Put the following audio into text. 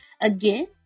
Again